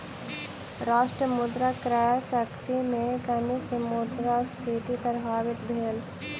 राष्ट्र मुद्रा क्रय शक्ति में कमी सॅ मुद्रास्फीति प्रभावित भेल